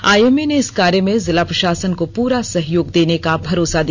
IMA ने इस कार्य में जिला प्रशासन को पूरा सहयोग देने का भरोसा दिया